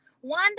one